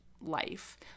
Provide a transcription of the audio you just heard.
life